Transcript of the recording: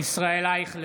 ישראל אייכלר,